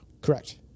Correct